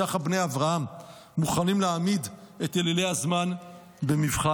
ככה בני אברהם מוכנים להעמיד את אלילי הזמן במבחן.